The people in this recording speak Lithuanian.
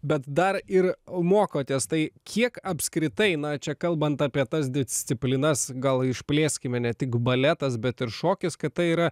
bet dar ir mokotės tai kiek apskritai na čia kalbant apie tas disciplinas gal išplėskime ne tik baletas bet ir šokis kad tai yra